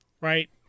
Right